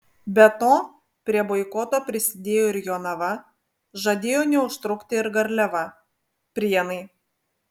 be to prie boikoto prisidėjo ir jonava žadėjo neužtrukti ir garliava prienai